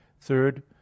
Third